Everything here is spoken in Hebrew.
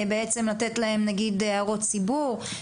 בעצם לתת להם הערות ציבור?